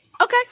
Okay